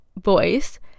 voice